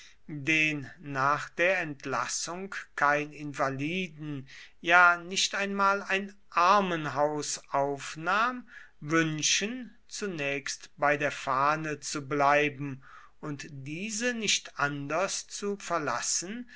den nach der entlassung kein invaliden ja nicht einmal ein armenhaus aufnahm wünschen zunächst bei der fahne zu bleiben und diese nicht anders zu verlassen